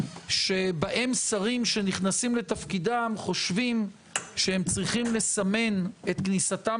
שבהם שרים שנכנסים לתפקידיהם חושבים שהם צריכים לסמן את כניסתם